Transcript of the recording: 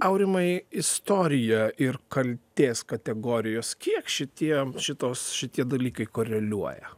aurimai istorija ir kaltės kategorijos kiek šitie šitos šitie dalykai koreliuoja